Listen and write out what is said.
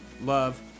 Love